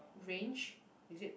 range is it